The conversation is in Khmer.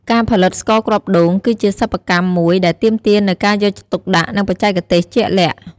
ការផលិតស្ករគ្រាប់ដូង គឺជាសិប្បកម្មមួយដែលទាមទារនូវការយកចិត្តទុកដាក់ និងបច្ចេកទេសជាក់លាក់។